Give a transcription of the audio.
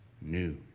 new